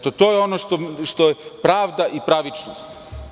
To je ono što je pravda i pravičnost.